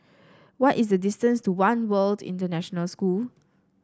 what is the distance to One World International School